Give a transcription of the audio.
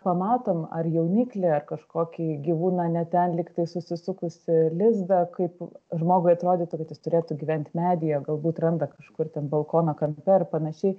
pamatom ar jauniklį ar kažkokį gyvūną ne ten lygtai susisukusį lizdą kaip žmogui atrodytų kad jis turėtų gyventi medyje galbūt randa kažkur ten balkono kampe ar panašiai